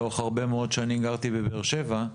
לאורך הרבה מאוד שנים גרתי בבאר שבע,